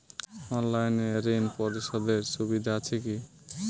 অনলাইনে ঋণ পরিশধের সুবিধা আছে কি?